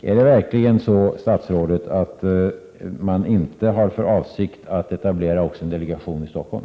Är det verkligen så, statsrådet, att man inte har för avsikt att etablera en delegation också i Stockholm?